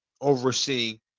overseeing